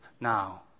now